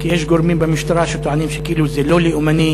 כי יש גורמים במשטרה שטוענים שכאילו זה לא לאומני,